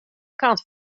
kant